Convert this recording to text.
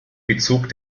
bezog